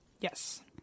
Yes